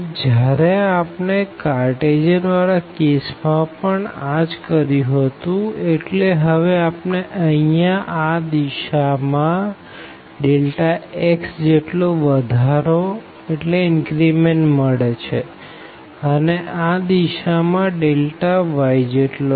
તો જયારે આપણે કાઅર્તેસિયન વારા કેસ માં પણ આ જ કર્યું હતું એટલે હવે આપણે અહિયાં આ દિશા માં x જેટલો વધારો મળે છે અને આ દિશા માં y જેટલો